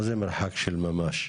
מה זה "מרחק של ממש"?